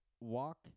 walk